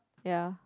ya